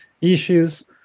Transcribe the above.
issues